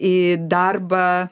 į darbą